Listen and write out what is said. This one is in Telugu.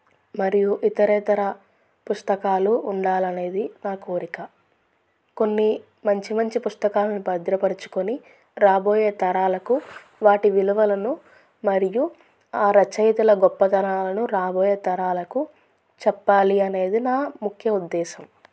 మరియు ఇతర ఇతర పుస్తకాలు ఉండాలనేది నా కోరిక కొన్ని మంచి మంచి పుస్తకాలను భద్రపరచుకొని రాబోయే తరాలకు వాటి విలువలను మరియు ఆ రచయితల గొప్పతనాలను రాబోయే తరాలకు చెప్పాలి అనేది నా ముఖ్య ఉద్దేశం